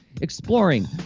exploring